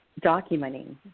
documenting